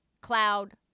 cloud